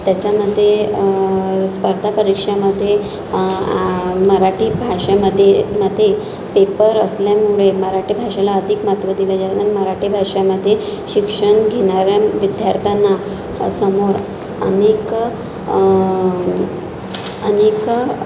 त्याच्यामध्ये स्पर्धा परीक्षामध्ये मराठी भाषामध्ये मध्ये पेपर असल्यामुळे मराठी भाषेला अधिक महत्व दिलेले म्हणून मराठी भाषामध्ये शिक्षण घेणारा विद्यार्थ्यांना समोर अनेक अनेक